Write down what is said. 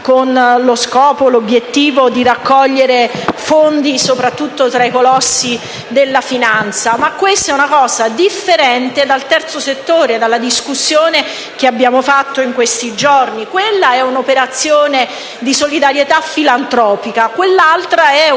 con lo scopo di raccogliere fondi, soprattutto tra i colossi della finanza, ma questa è un'operazione differente dal terzo settore e dalla discussione svolta in questi giorni. L'una è un'operazione di solidarietà filantropica, l'altra è un'operazione